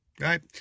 Right